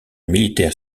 militaire